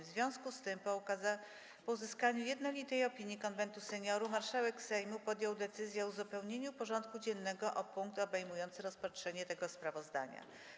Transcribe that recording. W związku z tym, po uzyskaniu jednolitej opinii Konwentu Seniorów, marszałek Sejmu podjął decyzję o uzupełnieniu porządku dziennego o punkt obejmujący rozpatrzenie tego sprawozdania.